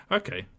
okay